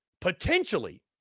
potentially –